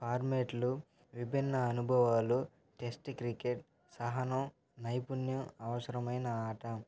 ఫార్మాట్లు విభిన్న అనుభవాలు test cricket సహనం నైపుణ్యం అవసరమైన ఆట